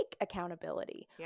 accountability